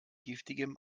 giftigem